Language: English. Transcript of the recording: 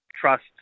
trust